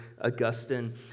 Augustine